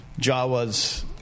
Jawas